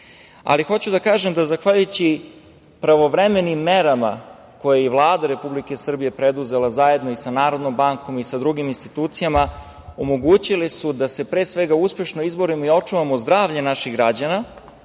te kako nadmašen. Zahvaljujući pravovremenim merama koje je Vlada Republike Srbije preduzela zajedno i sa Narodnom bankom i sa drugim institucija, omogućile su da se uspešno izborimo i očuvamo zdravlje naših građana,